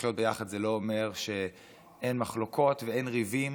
לחיות ביחד זה לא אומר שאין מחלוקות ואין ריבים